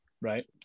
right